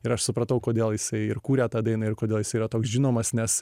ir aš supratau kodėl jisai ir kūrė tą dainą ir kodėl jisai yra toks žinomas nes